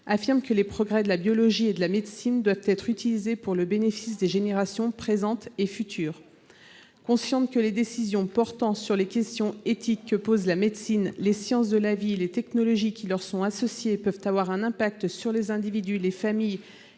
indique que « les progrès de la biologie et de la médecine doivent être utilisés pour le bénéfice des générations présentes et futures ». Consciente que les décisions portant sur les questions éthiques que posent la médecine, les sciences de la vie et les technologies associées peuvent avoir un impact sur les individus, les familles,